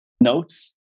notes